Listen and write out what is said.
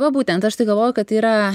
va būtent aš tai galvoju kad tai yra